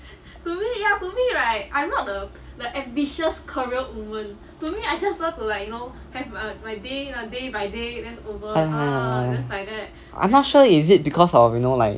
!hais! I'm not sure is it because of you know like